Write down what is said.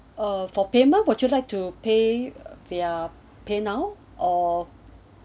uh for payment would you like to pay via paynow or